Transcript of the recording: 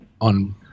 on